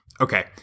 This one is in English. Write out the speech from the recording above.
Okay